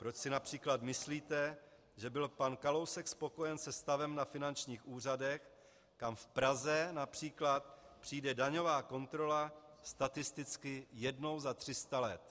Proč si například myslíte, že byl pan Kalousek spokojen se stavem na finančních úřadech, kam v Praze například přijde daňová kontrola statisticky jednou za tři sta let?